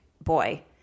boy